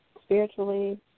spiritually